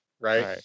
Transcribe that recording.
right